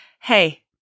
Hey